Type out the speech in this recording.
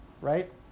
right